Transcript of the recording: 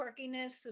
quirkiness